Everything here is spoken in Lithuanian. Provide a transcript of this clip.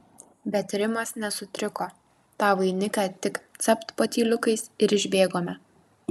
bet rimas nesutriko tą vainiką tik capt patyliukais ir išbėgome